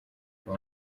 kwa